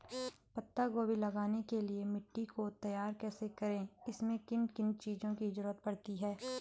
पत्ता गोभी लगाने के लिए मिट्टी को तैयार कैसे करें इसमें किन किन चीज़ों की जरूरत पड़ती है?